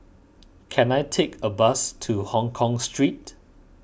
can I take a bus to Hongkong Street